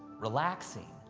relaxing.